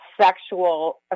sexual